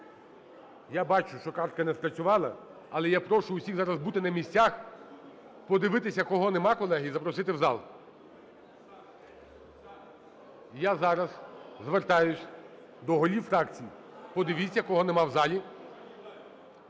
Я бачу, що картка не спрацювала, але я прошу всіх зараз бути на місцях, подивитися, кого нема, колеги, і запросити в зал. Я зараз звертаюся до голів фракцій, подивіться кого нема в залі.